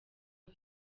rwo